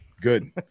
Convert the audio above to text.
Good